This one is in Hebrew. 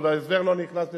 עוד ההסדר לא נכנס לתוקף,